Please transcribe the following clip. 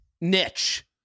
niche